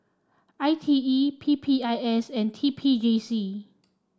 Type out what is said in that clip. I T E P P I S and T P J C